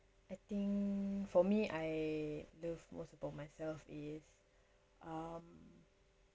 I think for me I love most about myself is um